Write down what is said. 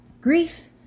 grief